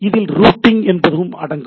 இதில் ரூட்டிங் என்பதும் அடங்கும்